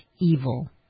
evil